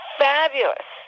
fabulous